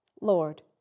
Lord